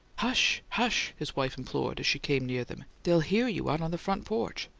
hush, hush! his wife implored, as she came near them. they'll hear you out on the front porch!